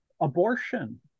abortion